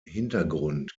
hintergrund